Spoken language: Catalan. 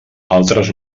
altres